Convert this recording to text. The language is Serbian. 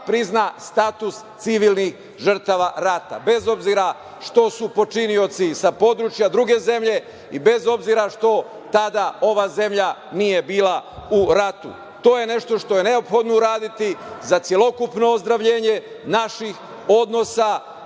prizna status civilnih žrtava rata, bez obzira što su počinioci sa područja druge zemlje i bez obzira što tada ova zemlja nije bila u ratu. To je nešto što je neophodno uraditi za celokupno ozdravljenje naših odnosa,